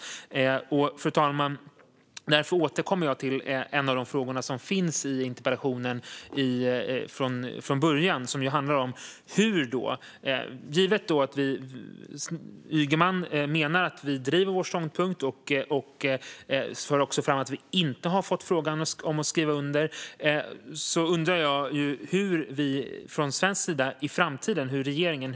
Fru talman! Därför återkommer jag till en av de frågor som finns i interpellationen från början. Givet att Ygeman menar att vi driver vår ståndpunkt och för fram att Sverige inte har fått frågan om att skriva under undrar jag hur regeringen och statsrådet Ygeman från svensk sida i framtiden kommer att agera.